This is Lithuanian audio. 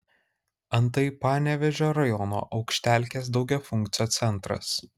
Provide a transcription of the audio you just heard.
antai panevėžio rajono aukštelkės daugiafunkcio centras